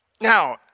Now